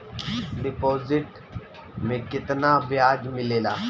Deposit मे केतना बयाज मिलेला?